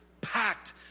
packed